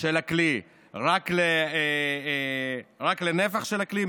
של הכלי רק לנפח של הכלי.